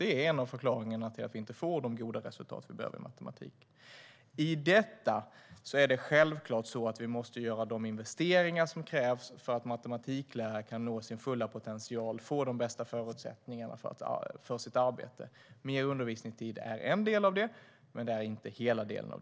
Det är en av förklaringarna till att vi inte får de goda resultat som vi behöver i matematik. Det är självklart att vi måste göra de investeringar som krävs för att matematiklärare ska kunna nå sin fulla potential och få de bästa förutsättningarna för sitt arbete. Mer undervisningstid är en del av detta, men det är inte det hela.